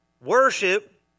worship